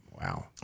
wow